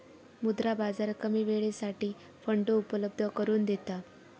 मुद्रा बाजार कमी वेळेसाठी फंड उपलब्ध करून देता